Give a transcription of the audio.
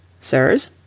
Sirs